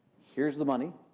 here's the money.